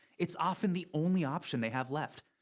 it's often the only option they have left.